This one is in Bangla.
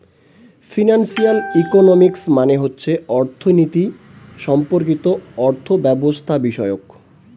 ফিনান্সিয়াল ইকোনমিক্স মানে হচ্ছে অর্থনীতি সম্পর্কিত অর্থব্যবস্থাবিষয়ক